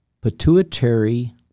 pituitary